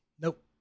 Nope